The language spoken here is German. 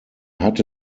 hatte